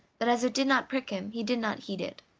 but as it did not prick him he did not heed it.